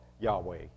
Yahweh